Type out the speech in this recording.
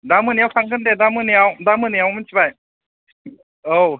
दा मोनायाव थांगोन दे दा मोनायाव दा मोनायाव मोनथिबाय औ